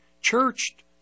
Churched